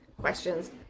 questions